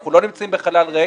אנחנו לא נמצאים בחלל ריק,